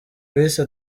bise